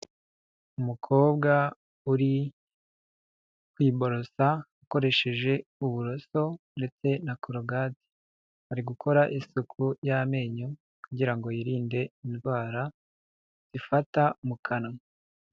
Umukobwa uri kuborosa akoresheje uburoso ndetse na Colgate, ari gukora isuku y'amenyo kugira ngo yirinde indwara ifata mu kanwa.